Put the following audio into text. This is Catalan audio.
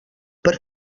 per